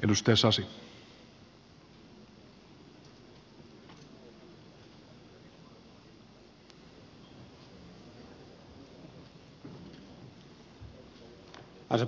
arvoisa